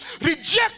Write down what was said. Reject